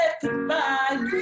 goodbye